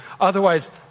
Otherwise